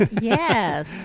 Yes